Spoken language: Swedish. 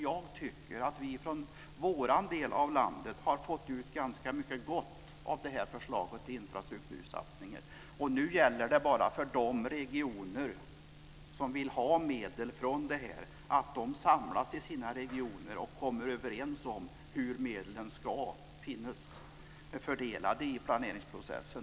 Jag tycker att vi från vår del av landet har fått ut ganska mycket gott av det här förslaget till infrastruktursatsningar. Nu gäller det bara för de regioner som vill ha medel från denna satsning att samlas i sina regioner och komma överens om hur medlen ska fördelas i planeringsprocessen.